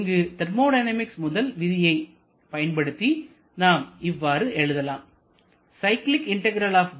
இதற்கு தெர்மோடைனமிக்ஸ் முதல் விதியை பயன்படுத்தி நாம் இவ்வாறு எழுதலாம்